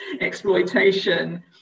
exploitation